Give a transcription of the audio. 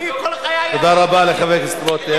אני כל חיי, תודה רבה לחבר הכנסת רותם.